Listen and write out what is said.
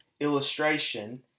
illustration